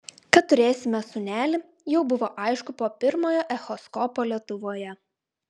kad turėsime sūnelį jau buvo aišku po pirmojo echoskopo lietuvoje